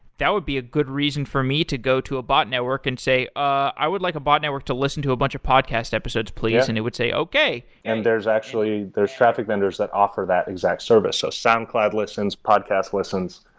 that would be a good reason for me to go to a bot network and say, i would like a bot network to listen to a bunch of podcast episodes please. and it would say, okay. and there are traffic vendors that offer that exact service. so soundcloud listens, podcast listens.